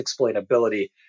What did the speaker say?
explainability